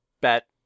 bet